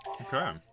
okay